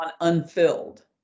unfilled